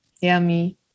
Yummy